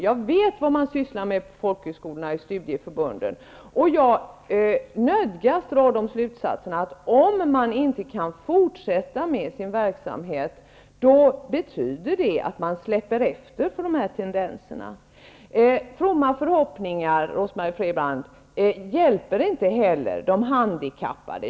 Jag vet vad man sysslar med på folkhögskolorna och i studieförbunden. Jag nödgas dra slutsatsen att om man inte kan fortsätta med sin verksamhet betyder det att vi släpper efter för de nämnda tendenserna. Fromma förhoppningar, Rose-Marie Frebran, hjälper inte heller de handikappade.